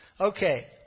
Okay